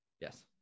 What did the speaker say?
Yes